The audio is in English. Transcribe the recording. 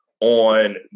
on